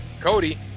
Cody